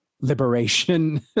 liberation